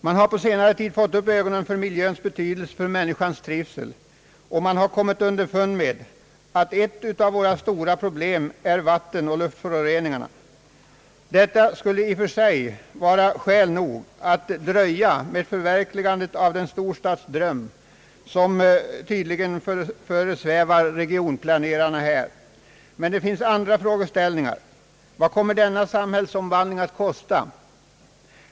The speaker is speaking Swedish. Man har på senare tid fått upp ögonen för miljöns betydelse för människans trivsel, och man har kommit underfund med att ett av våra stora problem är vattenoch luftföroreningarna. Detta skulle i och för sig vara skäl nog att dröja med förverkligandet av den storstadsdröm som här tydligen föresvävar regionplanerarna. Men det finns andra frågeställningar. Vad kommer denna samhällsomvand trakten, m.m. ling att kosta?